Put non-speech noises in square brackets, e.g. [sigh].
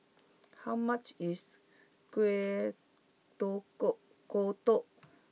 how much is Kuih [unintelligible] Kodok